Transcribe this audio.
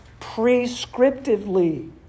prescriptively